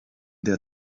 der